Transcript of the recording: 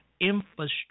Infrastructure